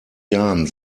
jahren